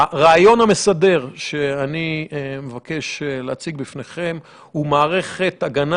הרעיון המסדר שאני מבקש להציג בפניכם הוא מערכת הגנה